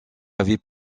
avait